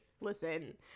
Listen